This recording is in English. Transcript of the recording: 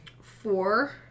Four